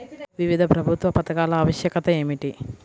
వివిధ ప్రభుత్వ పథకాల ఆవశ్యకత ఏమిటీ?